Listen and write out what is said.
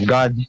God